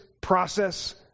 process